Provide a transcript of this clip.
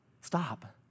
Stop